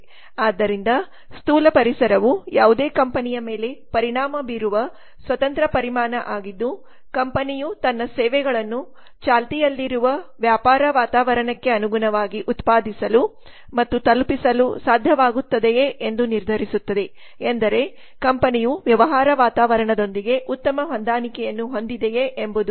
ಆದ್ದರಿಂದ ಸ್ಥೂಲ ಪರಿಸರವು ಯಾವುದೇ ಕಂಪನಿಯ ಮೇಲೆ ಪರಿಣಾಮ ಬೀರುವ ಸ್ವತಂತ್ರ ಪರಿಮಾಣ ಆಗಿದ್ದು ಕಂಪನಿಯು ತನ್ನ ಸೇವೆಗಳನ್ನು ಚಾಲ್ತಿಯಲ್ಲಿರುವ ವ್ಯಾಪಾರ ವಾತಾವರಣಕ್ಕೆ ಅನುಗುಣವಾಗಿ ಉತ್ಪಾದಿಸಲು ಮತ್ತು ತಲುಪಿಸಲು ಸಾಧ್ಯವಾಗುತ್ತದೆಯೇ ಎಂದು ನಿರ್ಧರಿಸುತ್ತದೆ ಎಂದರೆ ಕಂಪನಿಯು ವ್ಯವಹಾರ ವಾತಾವರಣದೊಂದಿಗೆ ಉತ್ತಮ ಹೊಂದಾಣಿಕೆಯನ್ನು ಹೊಂದಿದೆಯೇ ಎಂಬುದು